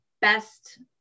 best